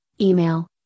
email